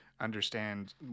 understand